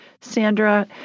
Sandra